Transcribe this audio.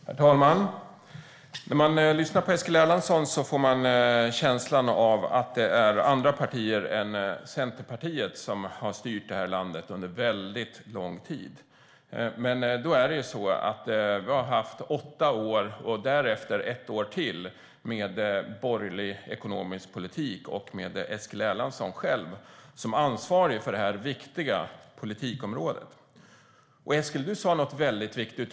Herr talman! När man lyssnar på Eskil Erlandsson får man känslan av att det är andra partier än Centerpartiet som har styrt landet under väldigt lång tid. Men vi har haft åtta år och därefter ett år till med borgerlig ekonomisk politik och med Eskil Erlandsson själv som ansvarig för detta viktiga politikområde. Eskil! Du sa något väldigt viktigt.